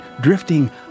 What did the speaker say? drifting